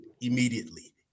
immediately